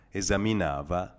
esaminava